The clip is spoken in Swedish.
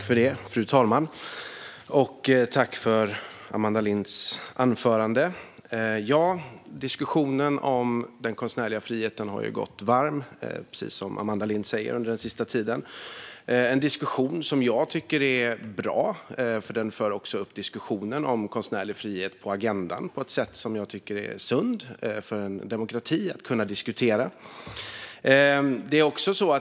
Fru talman! Tack, Amanda Lind, för ditt anförande! Diskussionen om den konstnärliga friheten har gått varm under den senaste tiden, precis som Amanda Lind säger. Det är en diskussion som jag tycker är bra. Den för upp diskussionen om konstnärlig frihet på agendan på ett sätt som jag tycker är sunt för en demokrati att kunna diskutera.